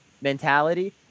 mentality